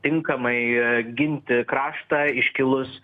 tinkamai ginti kraštą iškilus